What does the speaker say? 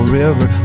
river